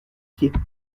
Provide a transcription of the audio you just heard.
pieds